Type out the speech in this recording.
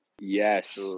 Yes